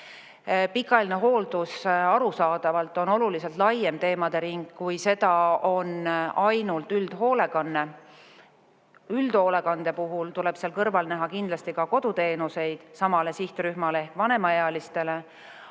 Pikaajaline hooldus arusaadavalt on oluliselt laiem teemade ring, kui seda on ainult üldhoolekanne. Üldhoolekande puhul tuleb seal kõrval näha kindlasti ka koduteenuseid samale sihtrühmale ehk vanemaealistele,